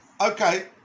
okay